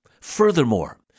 Furthermore